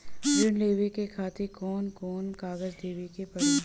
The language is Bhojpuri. ऋण लेवे के खातिर कौन कोन कागज देवे के पढ़ही?